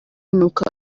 n’uko